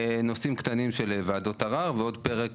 נושאים קטנים של ועדות ערר ועוד פרק